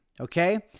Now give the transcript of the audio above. Okay